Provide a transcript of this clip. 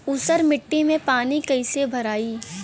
ऊसर मिट्टी में पानी कईसे भराई?